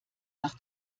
nach